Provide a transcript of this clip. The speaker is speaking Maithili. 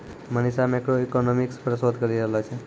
मनीषा मैक्रोइकॉनॉमिक्स पर शोध करी रहलो छै